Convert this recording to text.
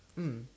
mm